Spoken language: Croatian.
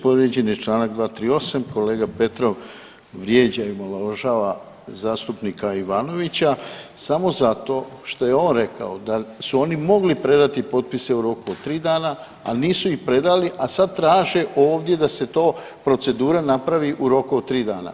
Povrijeđen je čl. 238, kolega Petrov vrijeđa i omalovažava zastupnika Ivanovića samo zato što je on rekao da su oni mogli predati potpise u roku od 3 dana, ali nisu ih predali, a sad traže ovdje da se to procedura napravi u roku od 3 dana.